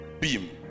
beam